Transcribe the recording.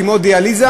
כמו חולי דיאליזה,